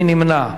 מי נמנע?